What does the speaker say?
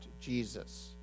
Jesus